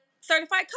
certified